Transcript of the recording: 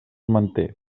manté